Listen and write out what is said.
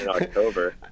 October